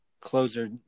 closer